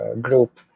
group